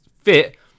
fit